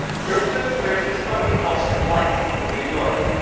for instance, there's this company called splice in new york.